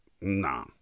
nah